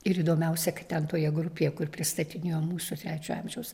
ir įdomiausia kad ten toje grupėje kur pristatinėjom mūsų trečio amžiaus